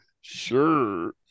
sure